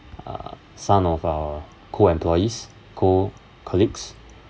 uh some of our co-employees co-colleagues